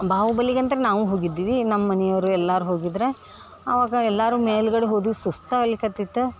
ಬಾಹುಬಲಿಗೆ ಅಂದ್ರೆ ನಾವು ಹೋಗಿದ್ವಿ ನಮ್ಮ ಮನಿಯವ್ರ್ ಎಲ್ಲರೂ ಹೋಗಿದ್ರು ಅವಾಗ ಎಲ್ಲರೂ ಮೇಲುಗಡೆ ಹೋದ್ವಿ ಸುಸ್ತು ಆಗ್ಲಿಕ್ಕತಿತ್ತು